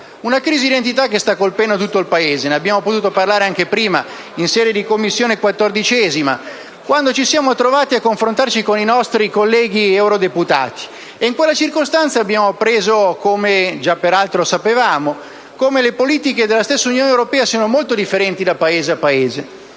una crisi di identità, che sta colpendo tutto il Paese. Ne abbiamo potuto parlare prima, in sede di 14a Commissione, quando ci siamo trovati a confrontarci con i nostri colleghi eurodeputati. In quella circostanza abbiamo appreso - come peraltro già sapevamo - come le politiche della stessa Unione europea siano molto differenti da Paese a Paese.